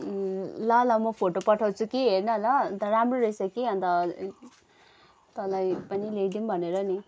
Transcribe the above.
ल ल म फोटो पठाउँछु कि हेर् न ल अन्त राम्रो रहेछ कि अन्त तँलाई पनि ल्याइदिऊँ भनेर नि